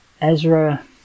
Ezra